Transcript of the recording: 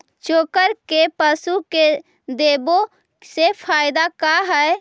चोकर के पशु के देबौ से फायदा का है?